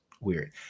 Weird